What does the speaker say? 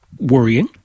worrying